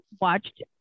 watched